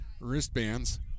wristbands